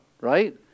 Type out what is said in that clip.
right